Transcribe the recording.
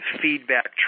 feedback